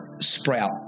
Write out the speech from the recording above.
sprout